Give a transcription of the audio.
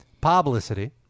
Publicity